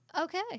Okay